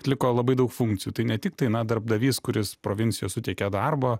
atliko labai daug funkcijų tai ne tiktai na darbdavys kuris provincijoj suteikė darbo